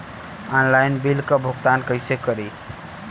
Online bill क भुगतान कईसे करी?